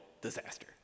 disaster